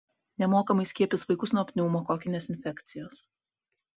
nemokamai skiepys vaikus nuo pneumokokinės infekcijos